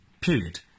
Period